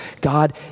God